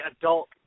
adult